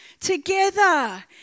together